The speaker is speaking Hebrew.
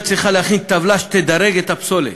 טבלה שתדרג את הפסולת: